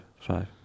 five